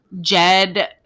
Jed